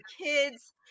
kids